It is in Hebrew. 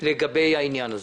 על העניין הזה.